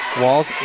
Walls